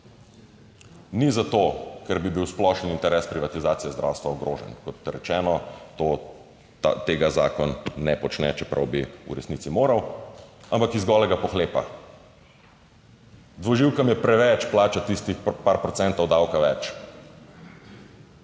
Ni zato, ker bi bil splošen interes privatizacije zdravstva ogrožen. Kot rečeno, to tega zakon ne počne, čeprav bi v resnici moral. Ampak iz golega pohlepa. Dvoživkam je preveč plača tistih par procentov davka več.